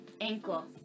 ankle